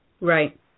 Right